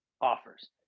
offers